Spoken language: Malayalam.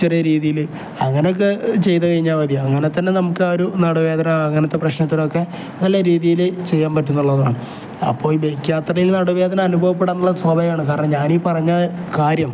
ചെറിയ രീതിയിൽ അങ്ങനെയൊക്കെ ചെയ്ത് കഴിഞ്ഞാൽ മതിയാകൂ അങ്ങനെത്തന്നെ നമുക്ക് ആ ഒരു നടുവ് വേദന അങ്ങനത്തെ പ്രശ്നത്തിനൊക്കെ നല്ല രീതിയിൽ ചെയ്യാൻ പറ്റുമെന്നുള്ളതാണ് അപ്പോൾ ഈ ബേക്ക് യാത്രയിൽ നടുവ് വേദന അനുഭവപ്പെടാനുള്ള സ്വഭാവികമാണ് കാരണം ഞാൻ ഈ പറഞ്ഞ കാര്യം